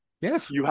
Yes